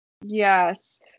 Yes